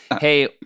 Hey